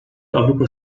avrupa